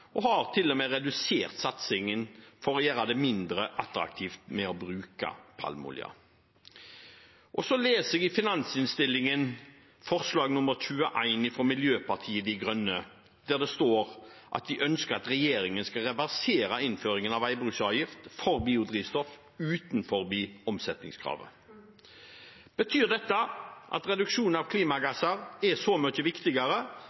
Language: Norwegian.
og vi har til og med redusert satsingen for å gjøre det mindre attraktivt å bruke palmeolje. Så leser jeg i finansinnstillingens forslag nr. 21, fra Miljøpartiet De Grønne, der det står at de ønsker at regjeringen skal «reversere innføringen av veibruksavgift for biodrivstoff utenfor omsetningskravet». Betyr dette at reduksjon av